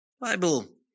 Bible